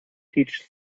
teach